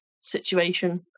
situation